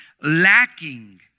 lacking